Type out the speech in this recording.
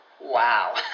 Wow